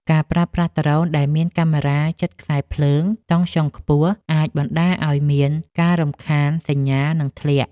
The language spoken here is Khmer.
ការប្រើប្រាស់ដ្រូនដែលមានកាមេរ៉ាជិតខ្សែភ្លើងតង់ស្យុងខ្ពស់ អាចបណ្ដាលឱ្យមានការរំខានសញ្ញា និងធ្លាក់។